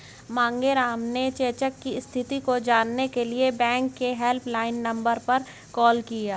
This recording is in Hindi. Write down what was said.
मांगेराम ने चेक स्थिति को जानने के लिए बैंक के हेल्पलाइन नंबर पर कॉल किया